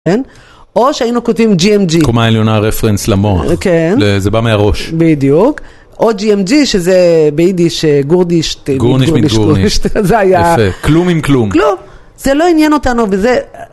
כן, או שהיינו כותבים GMG. קומה עליונה רפרנס למוח. כן. זה בא מהראש. בדיוק. או GMG שזה ביידיש גורדישט. גורנישט מיט גורנישט. זה היה. יפה. כלום עם כלום. כלום. זה לא עניין אותנו וזה.